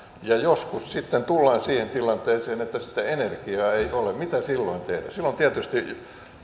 ja joskus sitten tullaan siihen tilanteeseen että sitä energiaa ei ole mitä silloin tehdään silloin tietysti